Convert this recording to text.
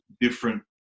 different